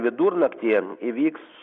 vidurnaktyje įvyks